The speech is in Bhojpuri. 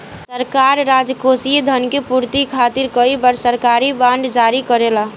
सरकार राजकोषीय धन के पूर्ति खातिर कई बार सरकारी बॉन्ड जारी करेला